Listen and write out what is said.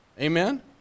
Amen